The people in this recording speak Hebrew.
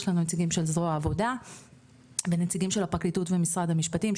יש לנו נציגים של זרוע העבודה ונציגים של הפרקליטות ומשרד המשפטים,